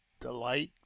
delight